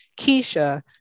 Keisha